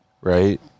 right